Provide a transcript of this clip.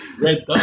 Red